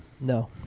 No